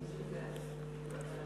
כבוד